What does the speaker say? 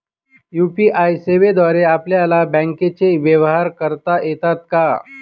UPI सेवेद्वारे आपल्याला बँकचे व्यवहार करता येतात का?